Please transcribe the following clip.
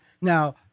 Now